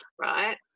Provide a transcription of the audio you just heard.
right